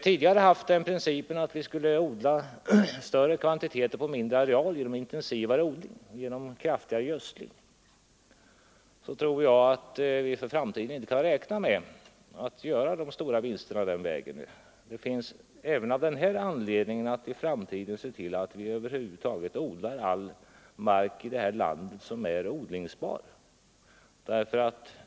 Tidigare har vi haft den principen att vi genom intensivare odling och kraftigare gödsling skulle odla större kvantiteter på mindre arealer, men jag tror att vi i framtiden inte kan räkna med att göra några större vinster den vägen. Det är också av den anledningen angeläget att se till att vi i framtiden odlar all den mark som är odlingsbar här i landet.